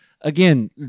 again